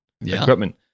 equipment